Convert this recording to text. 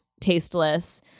tasteless